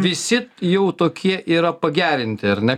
visi jau tokie yra pagerinti ar ne